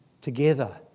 together